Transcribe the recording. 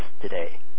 today